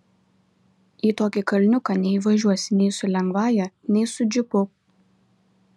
į tokį kalniuką neįvažiuosi nei su lengvąja nei su džipu